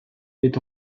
est